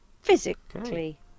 Physically